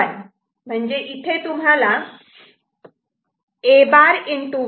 1 म्हणजे इथे तुम्हाला A'